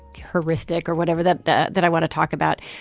horrific or whatever that that that i want to talk about.